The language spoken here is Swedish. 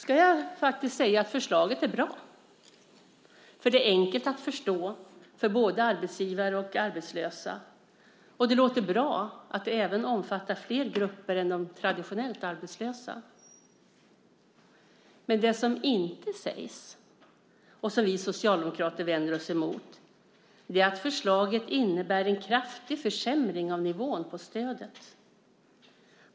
Jag ska faktiskt säga att förslaget är bra. Det är enkelt att förstå för både arbetsgivare och arbetslösa. Det låter bra att det även omfattar flera grupper än de traditionellt arbetslösa. Men det som inte sägs och som vi socialdemokrater vänder oss emot är att förslaget innebär en kraftig försämring av nivån på stödet.